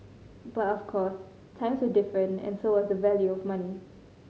but of course times were different and so was the value of money